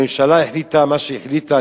הממשלה החליטה מה שהחליטה,